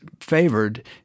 favored